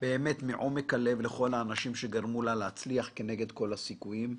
מעומק הלב לכל האנשים שגרמו לה להצליח כנגד כל הסיכויים,